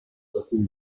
cokół